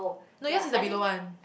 no yes is the below one